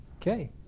Okay